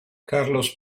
carlos